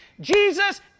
Jesus